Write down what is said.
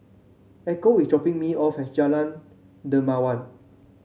Echo is dropping me off at Jalan Dermawan